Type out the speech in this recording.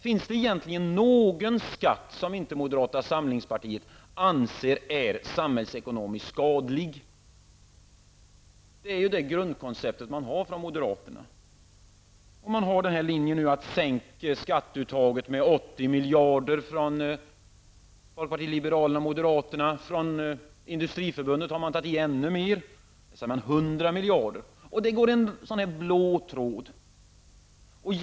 Finns det egentligen någon skatt som inte moderata samlingspartiet anser är samhällsekonomiskt skadlig? Det är ju det grundkoncept moderaterna har. Folkpartiet liberalerna och moderaterna har nu den här linjen att sänka skatteuttaget med 80 miljarder, från industriförbundet har man tagit i ännu mer. Där säger man 100 miljarder. Det går en sådan blå tråd här.